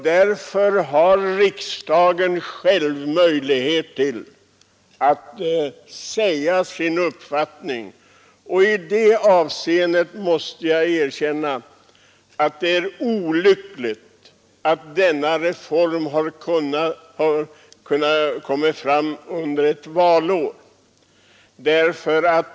Därför har riksdagen själv möjlighet att säga sin mening, och jag måste erkänna att det i det avseendet är olyckligt att förslaget till denna reform har lagts fram under ett valår.